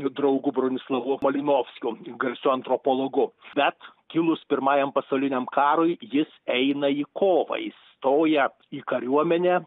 draugu bronislovu malinovskiu garsiu antropologu bet kilus pirmajam pasauliniam karui jis eina į kovą įstoja į kariuomenę